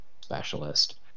specialist